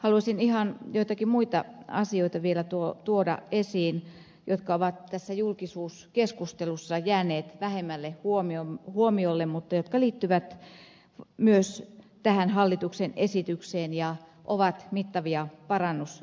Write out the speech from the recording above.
haluaisin ihan joitakin muita asioita vielä tuoda esiin jotka ovat tässä julkisuuskeskustelussa jääneet vähemmälle huomiolle mutta jotka liittyvät myös tähän hallituksen esitykseen ja ovat mittavia parannusehdotuksia